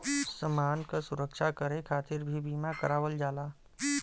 समान क सुरक्षा करे खातिर भी बीमा करावल जाला